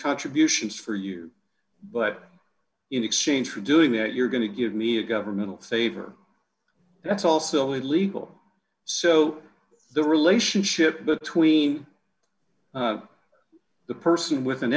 contributions for you but in exchange for doing that you're going to give me a government favor that's also illegal so the relationship between the person with an